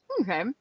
Okay